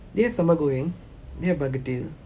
they have sambal goreng the have begedil